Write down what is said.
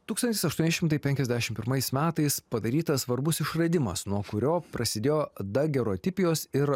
tūkstantis aštuoni šimtai penkiasdešim pirmais metais padarytas svarbus išradimas nuo kurio prasidėjo dagerotipijos ir